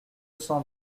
cent